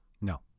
No